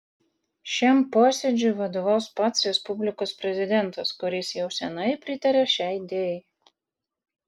šiam posėdžiui vadovaus pats respublikos prezidentas kuris jau seniai pritaria šiai idėjai